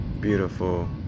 beautiful